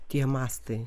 tie mastai